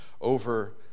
over